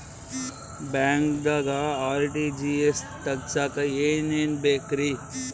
ಬ್ಯಾಂಕ್ದಾಗ ಆರ್.ಟಿ.ಜಿ.ಎಸ್ ತಗ್ಸಾಕ್ ಏನೇನ್ ಬೇಕ್ರಿ?